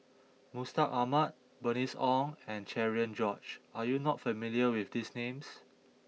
Mustaq Ahmad Bernice Ong and Cherian George Are you not familiar with these names